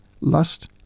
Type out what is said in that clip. lust